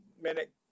minute